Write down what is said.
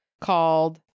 called